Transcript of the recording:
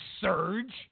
surge